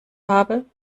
habe